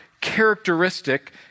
characteristic